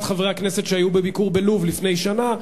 חברי הכנסת שהיו בביקור בלוב לפני שנה,